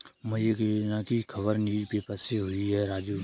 मुझे एक योजना की खबर न्यूज़ पेपर से हुई है राजू